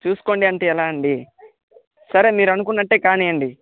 చూసుకోండి అంటే ఎలా అండి సరే మీరు అనుకున్నట్టే కానీయండి